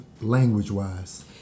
language-wise